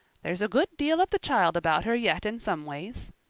there's a good deal of the child about her yet in some ways.